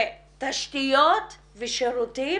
ותשתיות ושירותים,